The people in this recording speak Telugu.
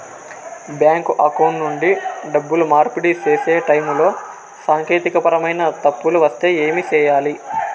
బ్యాంకు అకౌంట్ నుండి డబ్బులు మార్పిడి సేసే టైములో సాంకేతికపరమైన తప్పులు వస్తే ఏమి సేయాలి